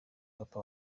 papa